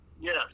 Yes